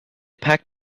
packed